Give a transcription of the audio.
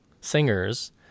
singers